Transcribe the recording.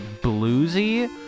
bluesy